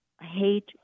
hate